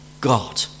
God